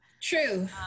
True